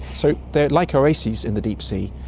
so they're like oases in the deep sea.